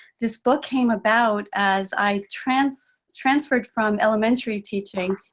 this book came about as i transferred transferred from elementary teaching,